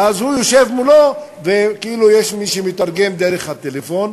ואז הוא יושב מולו וכאילו יש מי שמתרגם דרך הטלפון.